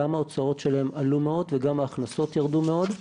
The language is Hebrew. גם ההוצאות שלהם עלו מאוד וגם ההכנסות ירדו מאוד.